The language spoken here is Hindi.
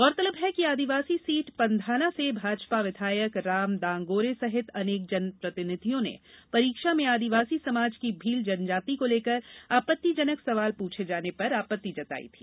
गौरतलब है कि आदिवासी सीट पंधाना से भाजपा विधायक राम दांगोरे सहित अनेक जनप्रतिनिधियों ने परीक्षा में आदिवासी समाज की भील जनजाति को लेकर आपत्तिजनक सवाल पूछे जाने पर आपत्ति जताई थी